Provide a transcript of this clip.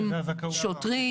שוטרים